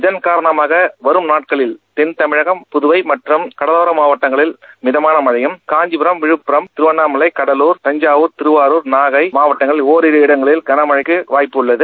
இதன் காரணமாக வரும் நாட்களில் தென்தமிழகம் புதவை மற்றம் கடலோர மாவட்டங்களில் மிதமான மழையும் காஞ்சிபுரம் விழுப்புரம் திருவண்ணாமலை கடலூர் தஞ்சாவூர் திருவாரூர் நாகை மாவட்டங்களில் ஓரிரு இடங்களில் கனமழைக்கு வாய்ப்புள்ளது